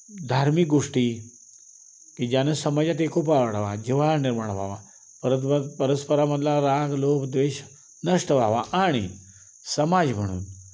धार्मिक गोष्टी की ज्यानं समाजात एकोपा वाढावा जिव्हाळा निर्माण व्हावा परत परत परस्परामधला राग लोभ द्वेष नष्ट व्हावा आणि समाज म्हणून